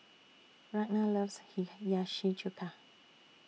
Ragna loves Hiyashi Chuka